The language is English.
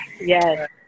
Yes